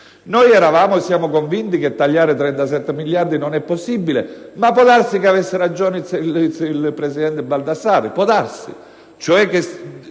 Noi eravamo e siamo convinti che tagliare 37 miliardi di euro non è possibile, ma può darsi che avesse ragione il presidente Baldassarri,